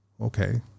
Okay